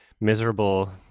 miserable